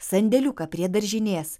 sandėliuką prie daržinės